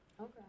Okay